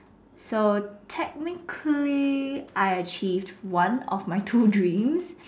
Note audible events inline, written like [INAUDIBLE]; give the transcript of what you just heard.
so technically I achieved one of my two dreams [NOISE]